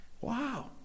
Wow